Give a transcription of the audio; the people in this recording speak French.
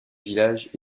village